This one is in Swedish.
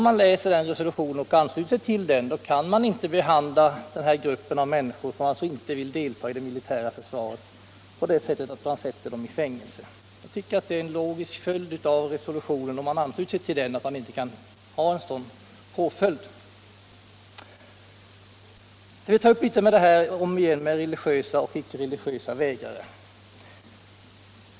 Men om man gör det kan man inte behandla de människor som inte vill delta i det militära försvaret på det sättet att man sätter dem i fängelse. Det är en logisk följd av resolutionen att man inte kan utsätta dem för en sådan påföljd. Jag vill återigen ta upp frågan om religiösa och icke-religiösa vägrare.